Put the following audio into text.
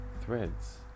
threads